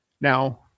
Now